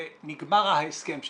נגמר ההסכם שלנו.